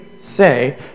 say